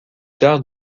tard